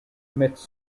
commits